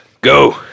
go